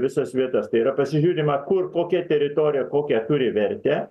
visas vietas tai yra pasižiūrima kur kokia teritorija kokią turi vertę